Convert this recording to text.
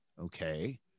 Okay